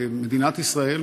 שמדינת ישראל,